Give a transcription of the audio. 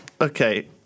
Okay